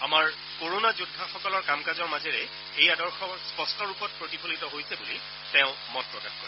আমাৰ কৰণা যোদ্ধাসকলৰ কাম কাজৰ মাজেৰে এই আদৰ্শ স্পষ্টৰূপত প্ৰতিফলিত হৈছে বুলি তেওঁ মত প্ৰকাশ কৰে